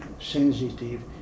sensitive